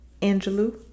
Angelou